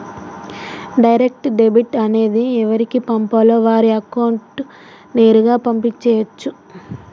direct debit అనేది ఎవరికి పంపాలో వారి అకౌంట్ నేరుగా పంపు చేయచ్చు